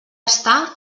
està